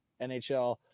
NHL